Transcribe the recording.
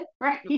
right